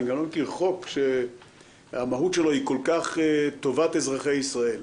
אני גם לא מכיר חוק שהמהות שלו היא כל כך טובת אזרחי ישראל.